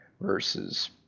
versus